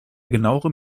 genauerem